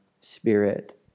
spirit